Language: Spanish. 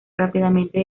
rápidamente